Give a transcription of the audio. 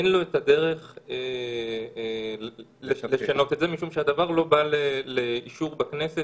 אין לו את הדרך לשנות את זה משום שהדבר לא בא לאישור בכנסת.